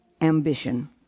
ambition